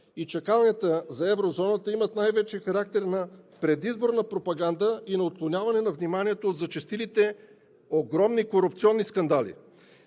и чакалнята на еврозоната имат най-вече характер на предизборна пропаганда и на отклоняване на вниманието от зачестилите огромни корупционни скандали?!